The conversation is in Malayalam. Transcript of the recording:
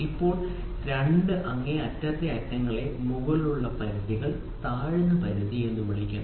ഇപ്പോൾ രണ്ട് അങ്ങേയറ്റത്തെ അറ്റങ്ങളെ മുകളിലുള്ള പരിധികൾ താഴ്ന്ന പരിധി എന്ന് വിളിക്കുന്നു